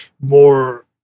more